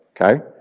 okay